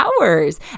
hours